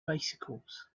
bicycles